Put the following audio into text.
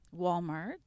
Walmart